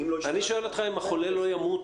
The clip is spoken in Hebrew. אני שואל אותך האם החולה לא ימות?